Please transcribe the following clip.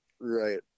right